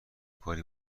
کاری